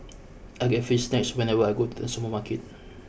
I get free snacks whenever I go to the supermarket